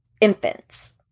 infants